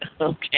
Okay